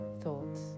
Thoughts